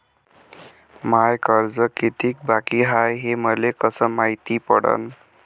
माय कर्ज कितीक बाकी हाय, हे मले कस मायती पडन?